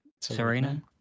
Serena